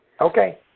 Okay